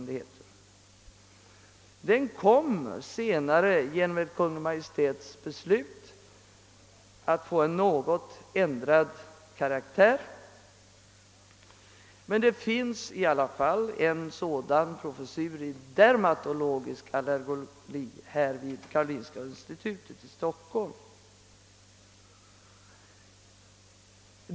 Denna kom senare genom ett Kungl. Maj:ts beslut att få en något ändrad karaktär, och nu finns den som en professur i dermatologisk allergologi vid karolinska institutet i Stockholm.